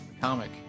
comic